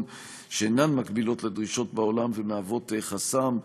שאינן מקבילות לדרישות בעולם ומהוות חסם,